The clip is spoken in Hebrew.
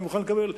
אני מוכן לקבל.